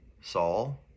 Saul